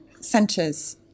centres